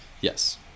Yes